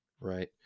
right